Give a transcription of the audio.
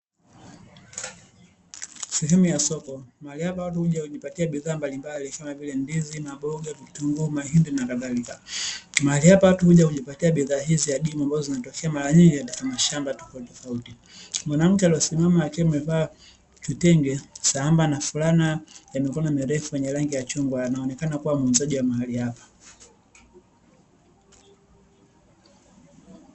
Sehemu ya soko mahali hapa watu kujipatia bidhaa mbalimbali kama vile ndizi, maboga, vitunguu, mahindi na kadhalika, mahali hapa watu kujipatia bidhaa hizo ambazo zinatokea mara nyingi katika mashamba tofautitofauti, mwanamke aliyesimama akiwa amevaa kitenge sambamba na fulana ya mikono mirefu ya rangi yenye chungwa anaonekana kuwa muuzaji wa mahali hapa.